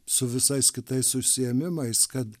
su visais kitais užsiėmimais kad